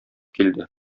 килде